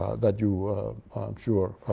that you, i'm sure,